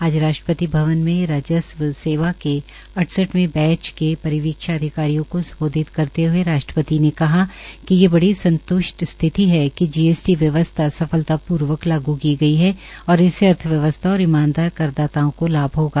आज राष्ट्रपति भवन में राज्स्व सेवा के अइसठवें बैच के परिवीक्षा अधिकारियों को सम्बोधित करते हए राष्ट्रपति ने कहा कि ये बड़ी संत्ष्ट स्थिति है कि जीएसटी अर्थव्यवसथा सफलतापूर्वक लागू की गई और इससे अर्थव्यवस्था और ईमानदार करदाताओं को लाभ होगा